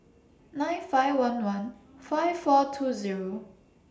nine five one one five four two Zero